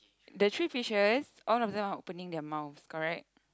the three fishes all of them are opening their mouth correct